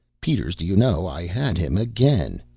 peters, do you know i had him again?